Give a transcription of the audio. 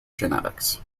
genetics